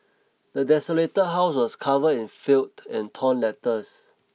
the desolated house was covered in and torn letters